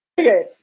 Okay